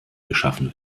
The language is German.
geschaffen